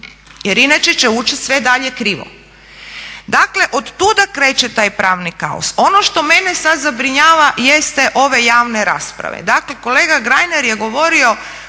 jer inače će učiti sve dalje krivo. Dakle od tuda kreće taj pravni kaos. Ono što mene sada zabrinjava jeste ove javne rasprave. Dakle kolega Reiner podatke